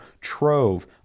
Trove